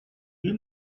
you